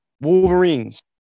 Wolverines